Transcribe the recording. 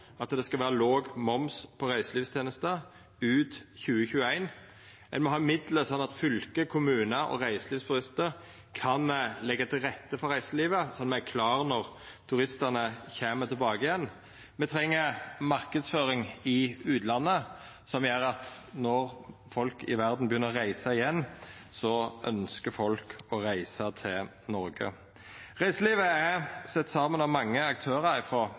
at det skal vera låg moms på reiselivstenester ut 2021. Ein må ha midlar slik at fylke, kommunar og reiselivsbedrifter kan leggja til rette for reiselivet, så me er klare når turistane kjem tilbake igjen. Me treng marknadsføring i utlandet som gjer at når folk i verda begynner å reisa igjen, ønskjer folk å reisa til Noreg. Reiselivet er sett saman av mange aktørar